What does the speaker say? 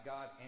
God